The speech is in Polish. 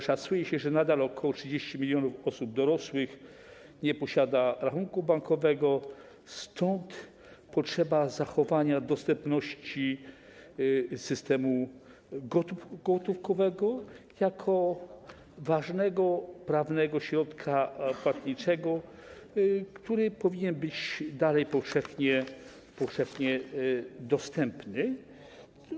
Szacuje się, że nadal ok. 30 mln osób dorosłych nie posiada rachunku bankowego, stąd istnieje potrzeba zachowania dostępności systemu gotówkowego jako ważnego prawnego środka płatniczego, który powinien być nadal powszechnie dostępny.